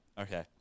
okay